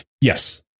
Yes